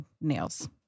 nails